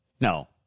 No